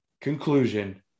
conclusion